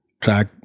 track